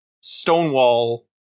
stonewall